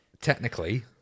Technically